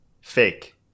Fake